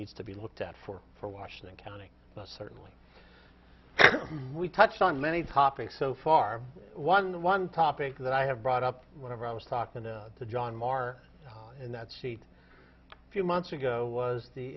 needs to be looked at for for washington county certainly we touched on many topics so far one the one topic that i have brought up whenever i was talking to john meagher in that seat a few months ago was the